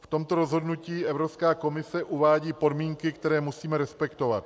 V tomto rozhodnutí Evropská komise uvádí podmínky, které musíme respektovat.